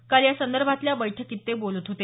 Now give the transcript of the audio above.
काल यासंदर्भातल्या बैठकीत ते बोलत होते